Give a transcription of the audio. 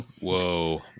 whoa